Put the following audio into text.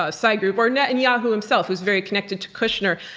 ah sy group, or netanyahu himself, who's very connected to kushner.